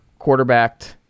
quarterbacked